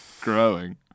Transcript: growing